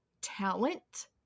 talent